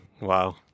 Wow